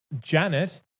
Janet